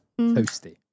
Toasty